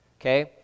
okay